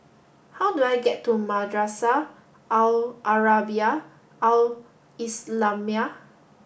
how do I get to Madrasah Al Arabiah Al Islamiah